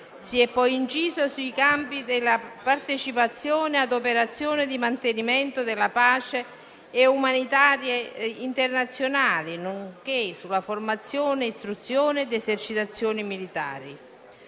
Si è poi inciso sui campi della partecipazione a operazioni di mantenimento della pace e umanitarie internazionali, nonché su formazione, istruzione ed esercitazioni militari.